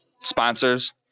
sponsors